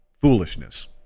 foolishness